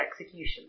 execution